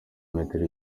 metero